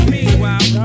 Meanwhile